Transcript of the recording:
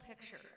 picture